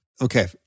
Okay